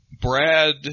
Brad